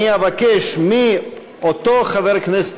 אני אבקש מאותו חבר הכנסת,